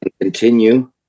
continue